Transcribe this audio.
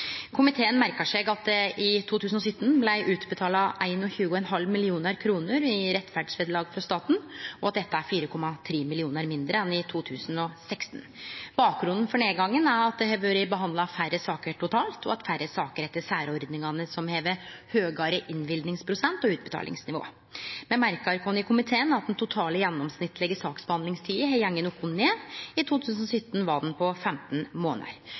Komiteen merkar seg at det i 2017 blei utbetalt 21,5 mill. kr i rettferdsvederlag frå staten, og at dette er 4,3 mill. kr mindre enn i 2016. Bakgrunnen for nedgangen er at det har vore behandla færre saker totalt og færre saker etter særordningane, som har høgare innvilgingsprosent og utbetalingsnivå. Me i komiteen merkar oss at den totale gjennomsnittlege saksbehandlingstida har gått noko ned. I 2017 var ho på 15